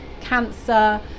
cancer